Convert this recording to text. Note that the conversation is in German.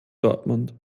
dortmund